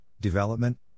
development